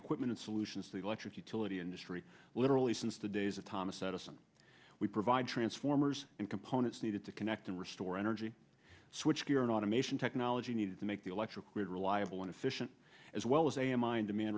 equipment solutions to the electric utility industry literally since the days of thomas edison we provide transformers and components needed to connect and restore energy switchgear and automation technology needed to make the electric grid reliable and efficient as well as a mind demand